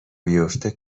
بیافته